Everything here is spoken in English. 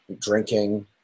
drinking